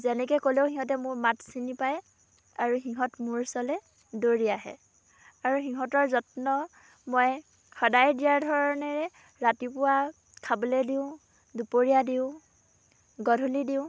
যেনেকৈ ক'লেও সিহঁতে মোৰ মাত চিনি পায় আৰু সিহঁত মোৰ ওচৰলৈ দৌৰি আহে আৰু সিহঁতৰ যত্ন মই সদায় দিয়া ধৰণেৰে ৰাতিপুৱা খাবলৈ দিওঁ দুপৰীয়া দিওঁ গধূলি দিওঁ